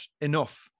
enough